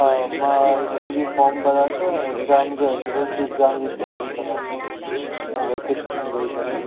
हां मां एॾी महिल ई फ़ॉर्म भरां थो ऐं एग़्जाम जा एंट्रेंस जी एग़्जाम जी तयारी कयां थो हिन वेकेशन में वेही करे